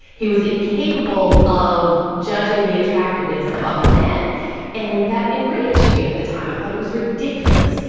he was incapable of judging the attractiveness of other men and that enraged me at the time. i thought it was ridiculous,